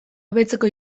hobetzeko